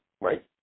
right